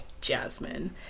Jasmine